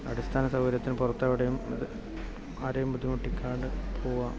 അടിസ്ഥാന സൗകര്യത്തിന് പുറത്തെവിടെയും ആരെയും ബുദ്ധിമുട്ടിക്കാണ്ട് പോകുക